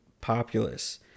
populace